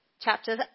Chapter